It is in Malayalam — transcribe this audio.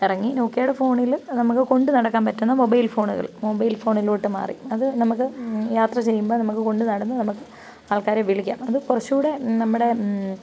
ഇറങ്ങി നോക്കിയാടെ ഫോണിൽ നമുക്ക് കൊണ്ട് നടക്കാൻ പറ്റുന്ന മൊബൈൽ ഫോണുകൾ മൊബൈൽ ഫോണിലോട്ട് മാറി അത് നമുക്ക് യാത്ര ചെയ്യുമ്പം നമുക്ക് കൊണ്ടു നടന്ന് നമ്മൾക്ക് ആൾക്കാരെ വിളിക്കാം അത് കുറച്ചൂടെ നമ്മുടെ